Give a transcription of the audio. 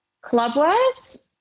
Club-wise